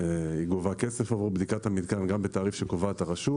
היא גובה כסף עבור בדיקת המתקן גם בתעריף שקובעת הרשות